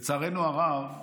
לצערנו הרב,